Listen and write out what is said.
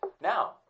Now